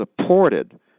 supported